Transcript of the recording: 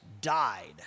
died